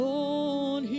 on